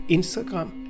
Instagram